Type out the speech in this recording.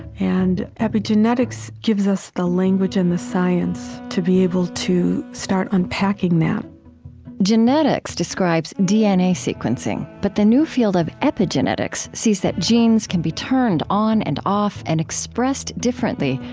and epigenetics gives us the language and the science to be able to start unpacking that genetics describes dna sequencing, but the new field of epigenetics sees that genes can be turned on and off and expressed differently,